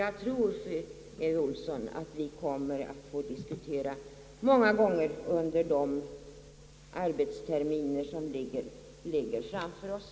Jag tror, fru Olsson, att vi kommer att få diskutera dessa frågor många gånger under den arbetstermin som ligger framför OSS.